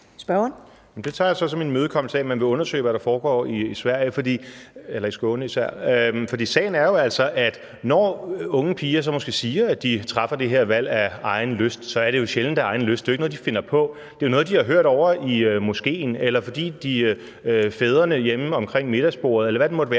Det tager jeg så som en imødekommelse af, at man vil undersøge, hvad der foregår i Skåne. For sagen er altså, at når unge piger, som måske siger, at de træffer det her valg af egen lyst, er det jo sjældent, at det med af egen lyst er noget, de selv finder på. Det er noget, de har hørt ovre i moskeen, eller fordi fædrene hjemme omkring middagsbordet, eller hvor det nu måtte være,